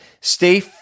Stay